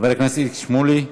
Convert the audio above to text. חבר הכנסת איציק שמולי,